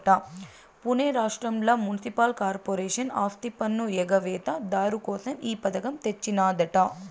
పునే రాష్ట్రంల municipal corporation ఆస్తిపన్ను ఎగవేత దారు కోసం ఈ పథకం తెచ్చినాదట